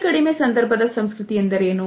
ಅತಿ ಕಡಿಮೆ ಸಂದರ್ಭದ ಸಂಸ್ಕೃತಿ ಎಂದರೇನು